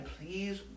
please